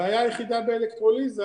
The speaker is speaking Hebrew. הבעיה היחידה באלקטרוליזה